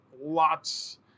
lots